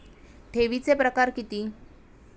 ठेवीचे प्रकार किती?